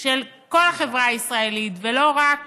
של כל החברה הישראלית ולא רק